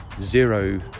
zero